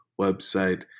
website